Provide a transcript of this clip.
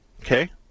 Okay